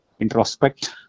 introspect